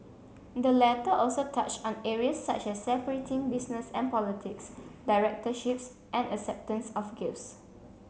the letter also touched on areas such as separating business and politics directorships and acceptance of gifts